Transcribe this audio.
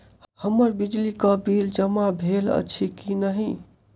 हम्मर बिजली कऽ बिल जमा भेल अछि की नहि?